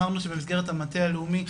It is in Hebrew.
אמרנו שבמסגרת המטה הלאומי,